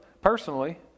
personally